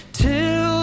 till